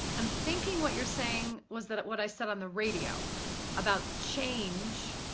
i'm thinking what you're saying was that what i said on the radio about change,